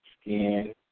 skin